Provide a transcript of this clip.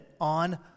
on